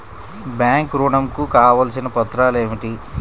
Bank ఋణం కు కావలసిన పత్రాలు ఏమిటి?